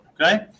okay